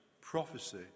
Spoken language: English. prophecy